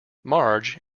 marge